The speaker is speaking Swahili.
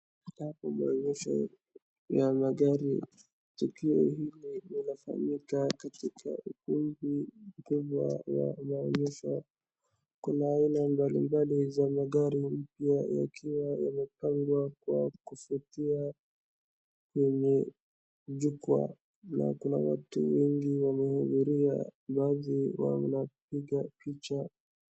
Hapo maoyesho ya magari. Tukio hili linafanyika katika ukumbi mkubwa wa maonyesho. Kuna aina mbalimbali za magari mapya yakiwa yamepangwa kwa kufutia kwenye jukwaa na kuna watu wengi wamehudhuria. Baadhi yao wanapiga picha.